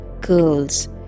girls